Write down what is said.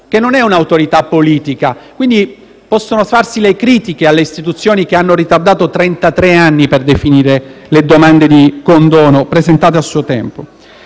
che non è un’autorità politica, quindi possono essere mosse critiche alle istituzioni che hanno ritardato trentatré anni per definire le domande di condono presentate a suo tempo,